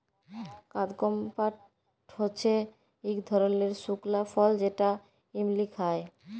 কাদপমহাট হচ্যে ইক ধরলের শুকলা ফল যেটা এমলি খায়